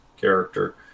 character